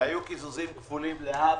שהיו קיזוזים כפולים להבדיל,